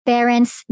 Parents